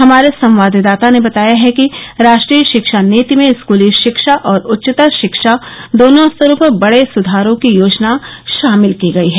हमारे संवाददाता ने बताया है कि राष्ट्रीय शिक्षा नीति में स्कूली शिक्षा और उच्चतर शिक्षा दोनों स्तरों पर बडे सुधारों की योजना शामिल की गई है